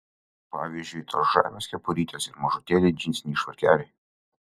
pavyzdžiui tos žavios kepurytės ir mažutėliai džinsiniai švarkeliai